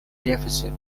deficit